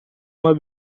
uma